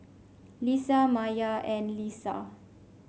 Lisa Maya and Lisa